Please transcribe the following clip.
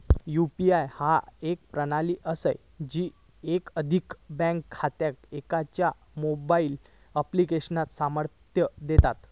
UPI ह्या एक प्रणाली असा जी एकाधिक बँक खात्यांका एकाच मोबाईल ऍप्लिकेशनात सामर्थ्य देता